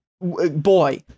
boy